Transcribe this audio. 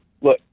look